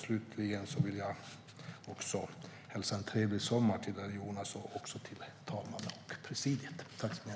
Slutligen vill jag önska en trevlig sommar till dig, Jonas, liksom till herr talmannen och presidiet.